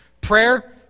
Prayer